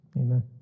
Amen